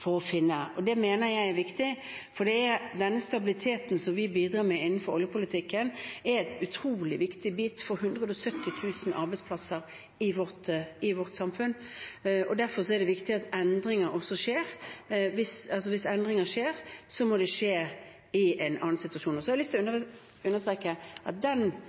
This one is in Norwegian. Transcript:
innenfor oljepolitikken, er en utrolig viktig bit for 170 000 arbeidsplasser i vårt samfunn. Derfor er det viktig at hvis endringer skjer, må det skje i en annen situasjon. Så har jeg lyst til å understreke at den